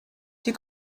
die